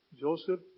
Joseph